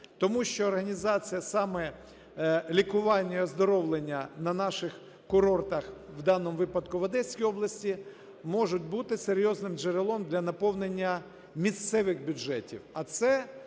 Тому що організація саме лікування і оздоровлення на наших курортах, у даному випадку в Одеській області, можуть бути серйозним джерелом для наповнення місцевих бюджетів.